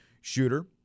shooter